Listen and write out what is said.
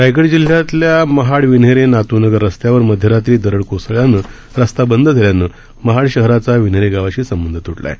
रायगड जिल्ह्यातल्या महाड विन्हेरे नातू नगर रस्त्यावर मध्यरात्री दरड कोसळल्यानं रस्ता बंद झाल्यानं महाड शहराचा विन्हेरे गावाशी संबंध तुटला आहे